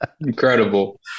incredible